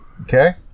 Okay